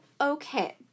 Okay